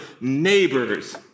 neighbors